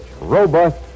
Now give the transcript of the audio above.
robust